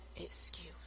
excuse